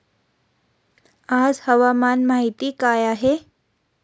आज हवामान माहिती काय आहे?